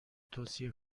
توصیه